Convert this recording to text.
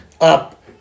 up